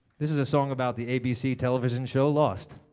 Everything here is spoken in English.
this is a song about the abc television show lost.